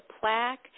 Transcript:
plaque